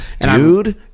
Dude